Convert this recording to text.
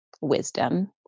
wisdom